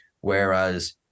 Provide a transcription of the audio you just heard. Whereas